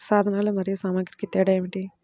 సాధనాలు మరియు సామాగ్రికి తేడా ఏమిటి?